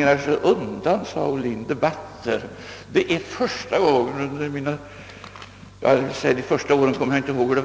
Herr Ohlin säger att jag slingrar mig undan debatt. Det är första gången under mina, jag höll på att säga 65 år — ja, under de första åren minns jag inte hur det